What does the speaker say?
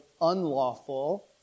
unlawful